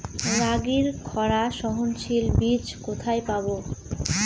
রাগির খরা সহনশীল বীজ কোথায় পাবো?